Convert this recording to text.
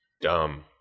Dumb